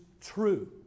true